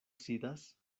sidas